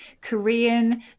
Korean